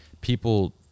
people